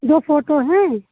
दो फोटो हैं